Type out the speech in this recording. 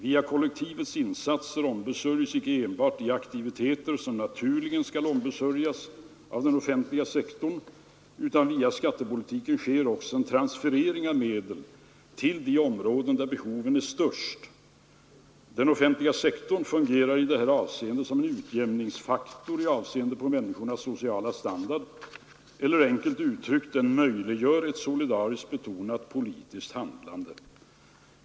Via kollektivets insatser ombesörjes icke enbart de aktiviteter som naturligen skall ombesörjas av den offentliga sektorn, utan via skattepolitiken sker också en transferering av medel till de områden där behoven är störst. Den offentliga sektorn fungerar i det här avseendet som en utjämningsfaktor i avseende på människornas sociala standard eller enkelt uttryckt, den möjliggör ett solidariskt betonat politiskt handlande.